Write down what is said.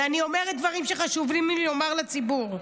ואני אומרת דברים שחשוב לי לומר לציבור.